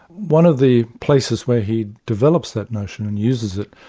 one of the places where he develops that notion and uses it,